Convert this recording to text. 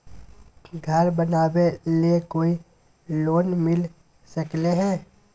घर बनावे ले कोई लोनमिल सकले है?